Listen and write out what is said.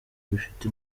bifite